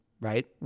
Right